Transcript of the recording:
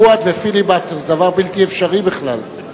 פואד ופיליבסטר זה דבר בלתי אפשרי בכלל.